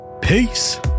peace